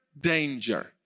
danger